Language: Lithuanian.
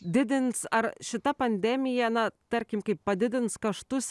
didins ar šita pandemija na tarkim kaip padidins kaštus